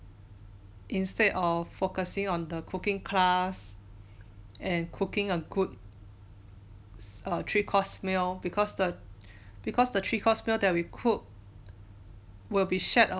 instead of focusing on the cooking class and cooking a good err three course meal because the because the three course meal that we cook will be shared